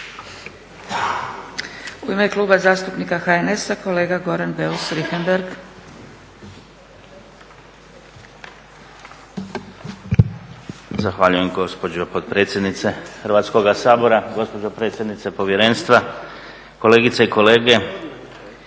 U ime Kluba zastupnika HNS-a, kolega Goran Beus Richembergh. **Beus Richembergh, Goran (HNS)** Zahvaljujem gospođo potpredsjednice Hrvatskoga sabora. Gospođo predsjednice Povjerenstva, kolegice i kolege.